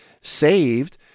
saved